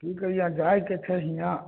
की कहिआ जायके छै हीआँ